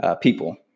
people